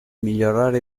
migliorare